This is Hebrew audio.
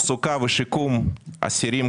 סוג של מסוק כיבוי.